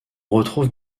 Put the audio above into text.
retrouve